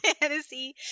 Fantasy